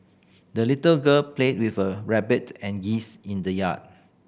the little girl played with her rabbit and geese in the yard